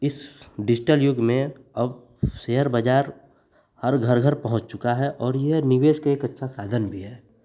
इस डिजिटल युग में अब शेयर बाज़ार हर घर घर पहुँच चुका है और यह निवेश के एक अच्छा साधन भी है